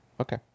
Okay